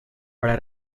para